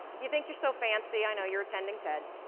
you think you're so fancy, i know, you're attending ted.